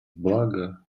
благо